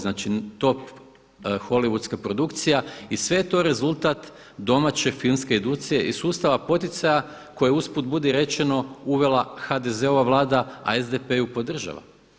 Znači top holivudska produkcija i sve je to rezultat domaće filmske industrije i sustava poticaja koje je usput budi rečeno uvela HDZ-ova Vlada a SDP ju podržava.